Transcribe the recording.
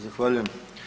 Zahvaljujem.